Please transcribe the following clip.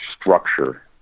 structure